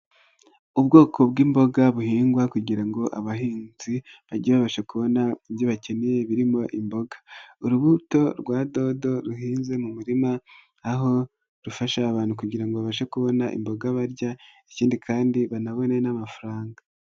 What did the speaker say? Ubwoko bw'imboga buhingwa kugira ngo abahinzi bajye babasha kubona ibyo bakeneye birimo imboga. Urubuto rwa dodo ruhinze mu murima, aho rufasha abantu kugira ngo abashe kubona imboga barya ikindi kandi banabone n'amafaranga.